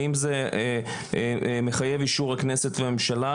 האם זה מחייב אישור הכנסת והממשלה,